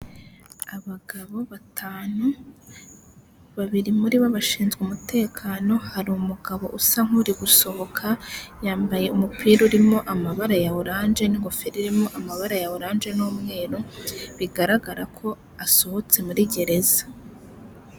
Abagabo batanu, babiri muri bo bashinzwe umutekano, hari umugabo usa nk'uri gusohoka, yambaye umupira urimo amabara ya oranje n'ingofero irimo amabara ya oranje n'umweru, bigaragara ko asohotse muri gereza.